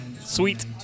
Sweet